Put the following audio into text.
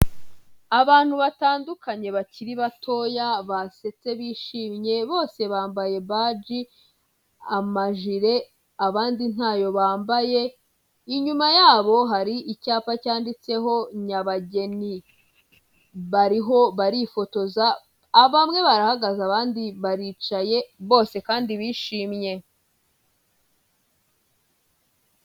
Abantu batandukanye bakiri batoya basetse bishimye bose bambaye baji, amajire abandi ntayo bambaye, inyuma yabo hari icyapa cyanditseho Nyabageni, bariho barifotoza bamwe barahagaze abandi baricaye bose kandi bishimye.